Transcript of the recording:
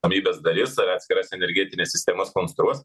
ramybės dalis ar atskiras energetinės sistemas konstruos